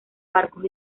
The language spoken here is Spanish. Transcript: barcos